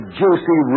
juicy